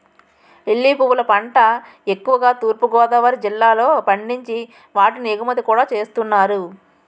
lily పువ్వుల పంట ఎక్కువుగా తూర్పు గోదావరి జిల్లాలో పండించి వాటిని ఎగుమతి కూడా చేస్తున్నారు